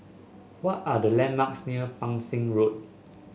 what are the landmarks near Pang Seng Road